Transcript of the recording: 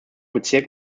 bezirk